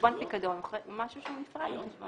חשבון פיקדון הוא משהו נפרד מהחשבון.